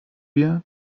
wir